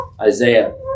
isaiah